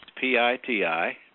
P-I-T-I